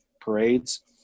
parades